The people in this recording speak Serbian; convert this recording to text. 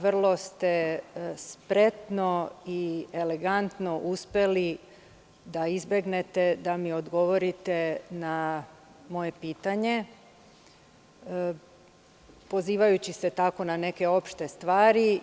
Vrlo ste spretno i elegantno uspeli da izbegnete da mi odgovorite na moje pitanje, pozivajući se na neke opšte stvari.